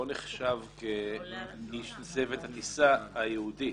נחשב כאיש צוות הטיסה הייעודית.